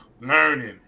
learning